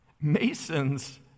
Masons